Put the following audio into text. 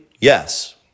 Yes